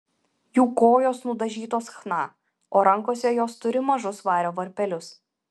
jų kojos nudažytos chna o rankose jos turi mažus vario varpelius